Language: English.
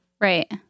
right